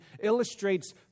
illustrates